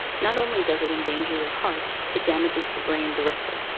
not only does it endanger your heart, it damages the brain directly,